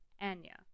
Anya